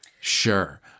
Sure